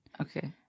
Okay